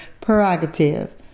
prerogative